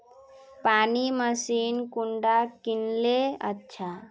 पानी मशीन कुंडा किनले अच्छा?